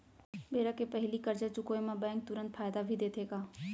बेरा के पहिली करजा चुकोय म बैंक तुरंत फायदा भी देथे का?